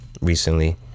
recently